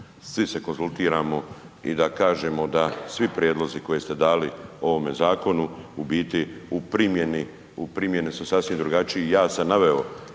svi se konzultiramo i da kažemo da svi prijedlozi koji ste dali o ovome zakonu u biti u primjeni su sasvim drugačiji. Ja sam naveo